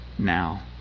now